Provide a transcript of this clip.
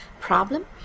problem